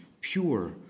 pure